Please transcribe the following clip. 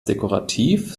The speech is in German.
dekorativ